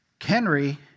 Henry